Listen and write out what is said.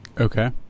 Okay